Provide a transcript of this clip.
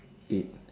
eight